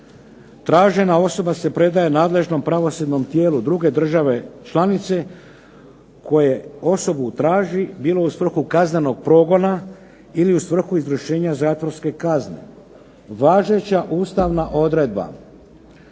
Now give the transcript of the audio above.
tražena osoba se predaje nadležnom pravosudnom tijelu druge države članice koje osobu traži bilo u svrhu kaznenog progona ili u svrhu izvršenja zatvorske kazne. Važeća ustavna odredba